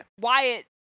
Wyatt